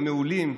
המעולים,